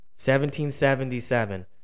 1777